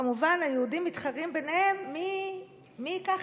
כמובן היהודים מתחרים ביניהם מי ייקח